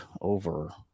over